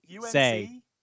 say